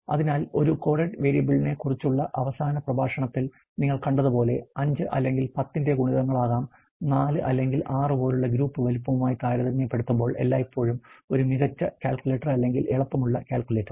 അതിനാൽ ഒരു കോഡെഡ് വേരിയബിളിനെക്കുറിച്ചുള്ള അവസാന പ്രഭാഷണത്തിൽ നിങ്ങൾ കണ്ടതുപോലെ 5 അല്ലെങ്കിൽ 10 ന്റെ ഗുണിതങ്ങൾ ആകാം 4 അല്ലെങ്കിൽ 6 പോലുള്ള ഗ്രൂപ്പ് വലുപ്പവുമായി താരതമ്യപ്പെടുത്തുമ്പോൾ എല്ലായ്പ്പോഴും ഒരു മികച്ച കാൽക്കുലേറ്റർ അല്ലെങ്കിൽ എളുപ്പമുള്ള കാൽക്കുലേറ്റർ